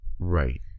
Right